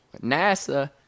NASA